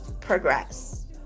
progress